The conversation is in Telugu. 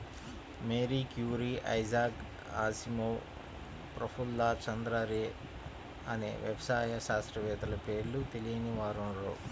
Mary Curie, Isaac Asimov, Prafulla Chandra Ray అనే వ్యవసాయ శాస్త్రవేత్తల పేర్లు తెలియని వారుండరు